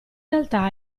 realtà